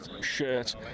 shirt